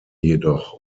jedoch